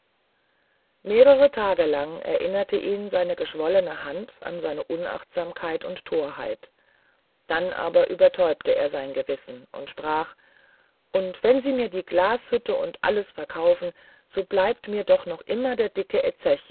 mehrere tage lang erinnerte ihn seine geschwollene hand an seine undankbarkeit und torheit dann aber übertäubte er sein gewissen und sprach und wenn sie mir die glashütte und alles verkaufen so bleibt mir doch noch immer der dicke